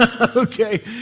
Okay